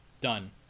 Done